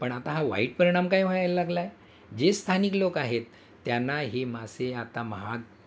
पण आता हा वाईट परिणाम काय व्हायला लागला आहे जे स्थानिक लोक आहेत त्यांना हे मासे आता महाग